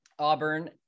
Auburn